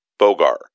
Bogar